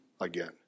again